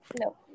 no